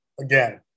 again